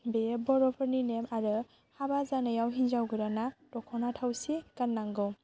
बेयो बर'फोरनि नेम आरो हाबा जानायाव हिन्जाव गोदाना दख'ना थावसि गाननांगौ